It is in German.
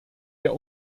der